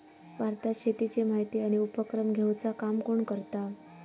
भारतात शेतीची माहिती आणि उपक्रम घेवचा काम कोण करता?